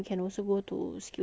to seek help